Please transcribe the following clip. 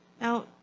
Now